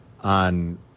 on